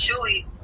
chewy